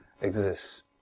exists